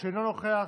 אינו נוכח,